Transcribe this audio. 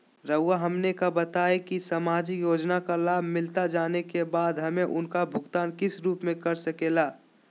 रहुआ हमने का बताएं की समाजिक योजना का लाभ मिलता जाने के बाद हमें इसका भुगतान किस रूप में कर सके ला?